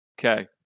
Okay